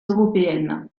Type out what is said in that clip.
européennes